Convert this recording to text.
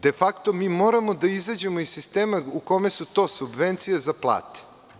De fakto mi moramo da izađemo iz sistema u kome su to subvencije za plate.